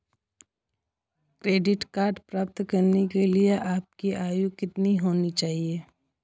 Credit card प्राप्त करने के लिए आपकी आयु कितनी होनी चाहिए?